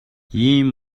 ийм